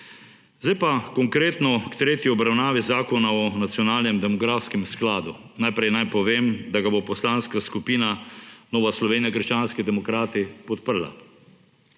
Zdaj pa konkretno k tretji obravnavi Zakona o nacionalnem demografskem skladu. Najprej naj povem, da ga bo Poslanska skupina Nova Slovenija – krščanski demokrati, podprla.